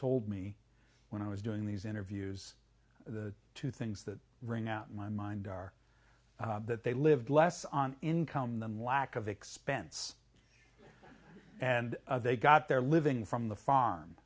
told me when i was doing these interviews the two things that bring out my mind are that they lived less on income than lack of expense and they got their living from the farm